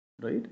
Right